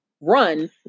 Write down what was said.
run